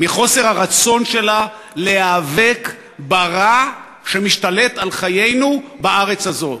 מחוסר הרצון שלה להיאבק ברע שמשתלט על חיינו בארץ הזאת,